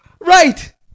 Right